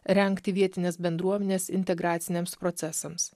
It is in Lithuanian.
rengti vietines bendruomenes integraciniams procesams